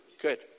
Good